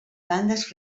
bandes